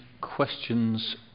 Questions